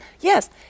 Yes